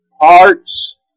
hearts